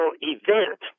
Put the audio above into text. event